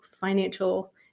financial